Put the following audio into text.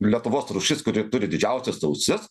lietuvos rūšis kuri turi didžiausias ausis